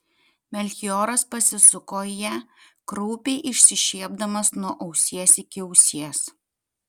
melchioras pasisuko į ją kraupiai išsišiepdamas nuo ausies iki ausies